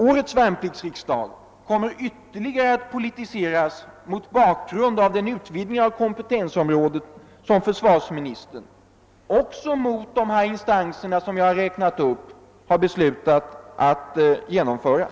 Årets värnpliktsriksdag kommer ytterligare att politiseras mot bakgrund av den utvidgning av kompetensområdet som försvarsministern — också mot de instanser som jag har räknat upp — beslutat genomföra.